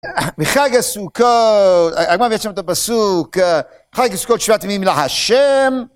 בחג הסוכות, על מה בעצם את הפסוק, חג הסוכות שבעת ימים לה'